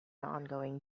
ongoing